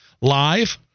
live